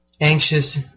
anxious